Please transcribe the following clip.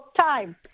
time